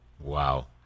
Wow